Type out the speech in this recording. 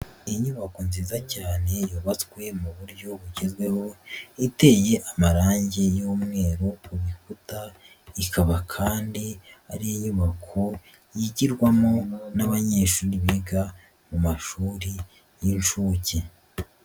Inyubako nziza cyane yubatswe mu buryo bugezweho iteye amarange y'umweru ku bikuta, ikaba kandi ari inyubako yigirwamo n'abanyeshuri biga mu mashuri y'inshuke.